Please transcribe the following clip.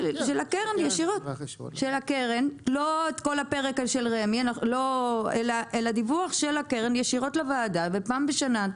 את כל הפרק של רמ"י אלא דיווח של הקרן ישירות לוועדה פעם בשנה.